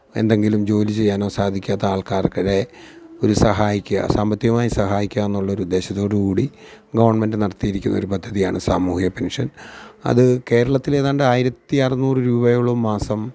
എന്തെങ്കിലും ജോലി ചെയ്യാനോ സാധിക്കാത്ത ആള്ക്കാര്ക്ക് ഒരു സഹായിക്കുക സാമ്പത്തികമായി സഹായിക്കുക എന്നുള്ള ഒരു ഉദ്ദേശത്തോടു കൂടി ഗവണ്മെന്റ് നടത്തിയിരിക്കുന്ന ഒരു പദ്ധതിയാണ് സാമൂഹിക പെന്ഷന് അത് കേരളത്തിൽ ഏതാണ്ട് ആയിരത്തി അറുനൂറ് രൂപയോളം മാസം